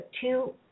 two-